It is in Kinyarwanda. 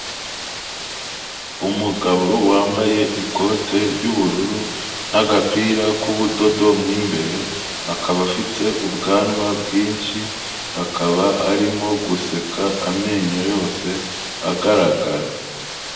Umugabo wambaye ikote ry'ubururu n'agapira k'ubudodo mu imbere, akaba afite ubwanwa bwinshi, akaba arimo guseka amenyo yose agaragara.